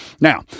now